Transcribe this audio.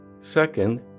Second